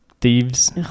thieves